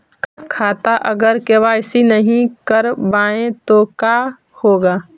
खाता अगर के.वाई.सी नही करबाए तो का होगा?